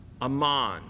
Aman